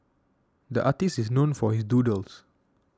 the artist is known for his doodles